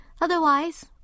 Otherwise